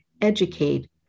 educate